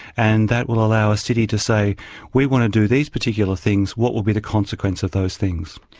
and that will allow a city to say we want to do these particular things, what will be the consequence of those things?